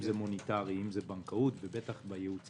מוניטרי, בנקאות ובטח הייעוץ